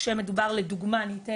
כשמדובר לדוגמה אני אתן,